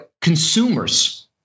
consumers